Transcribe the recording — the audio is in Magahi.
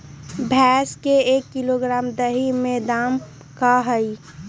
भैस के एक किलोग्राम दही के दाम का होई?